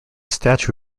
statue